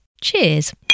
cheers